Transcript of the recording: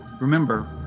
remember